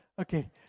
Okay